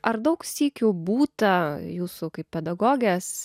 ar daug sykių būta jūsų kaip pedagogės